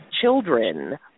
children